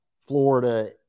Florida